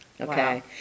Okay